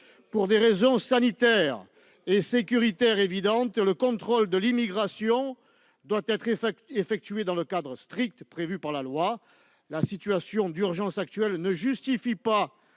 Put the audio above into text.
Pour des raisons sanitaires et sécuritaires évidentes, le contrôle de l'immigration doit être effectué dans le cadre strict prévu par la loi. La situation d'urgence actuelle ne justifie pas